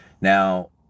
Now